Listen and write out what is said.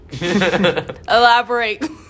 Elaborate